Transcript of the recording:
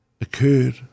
occurred